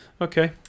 Okay